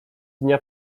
dnia